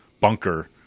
bunker